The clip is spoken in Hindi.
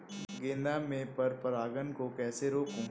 गेंदा में पर परागन को कैसे रोकुं?